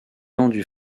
vendu